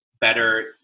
better